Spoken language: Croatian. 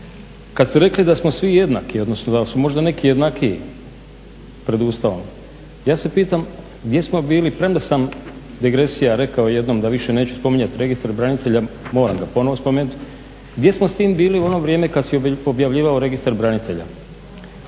kad ste rekli da smo svi jednaki, odnosno da su možda neki jednakiji pred Ustavom, ja se pitam gdje smo bili premda sam, digresija, rekao jednom da više neću spominjati Registar branitelje, moram ga ponovo spomenuti. Gdje smo s tim bili u ono vrijeme kad se objavljivao Registar branitelja,